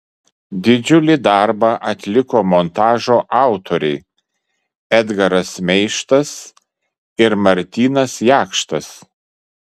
didžiulį darbą atliko montažo autoriai edgaras meištas ir martynas jakštas